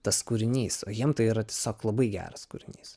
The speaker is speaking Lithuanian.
tas kūrinys o jiem tai yra tiesiog labai geras kūrinys